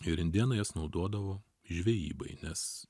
ir indėnai jas naudodavo žvejybai nes